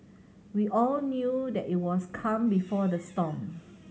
we all knew that it was calm before the storm